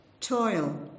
toil